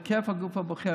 הרכב הגוף הבוחר,